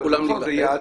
כולנו צריכים להילחם.